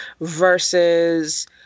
versus